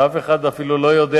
ואף אחד אפילו לא יודע